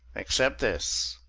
except this,